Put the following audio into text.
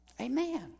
Amen